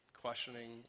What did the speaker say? questioning